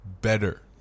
better